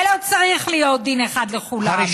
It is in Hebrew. ולא צריך להיות דין אחד לכולם.